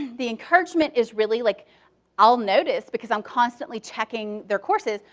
the encouragement is really like i'll notice because i'm constantly checking their courses,